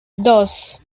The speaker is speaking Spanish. dos